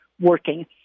working